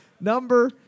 number